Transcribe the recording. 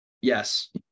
yes